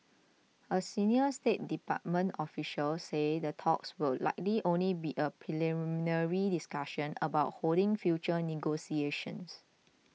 a senior State Department official said the talks would likely only be a preliminary discussion about holding future negotiations